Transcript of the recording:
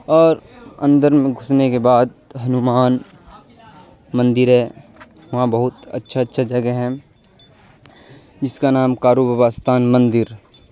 اور اندر میں گھسنے کے بعد ہنومان مندر ہے وہاں بہت اچھا اچھا جگہ ہیں جس کا نام کاروب استھان مندر